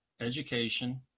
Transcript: education